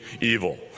evil